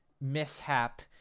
mishap